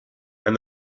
and